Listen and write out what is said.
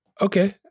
Okay